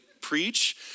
preach